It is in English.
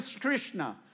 Krishna